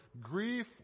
grief